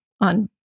on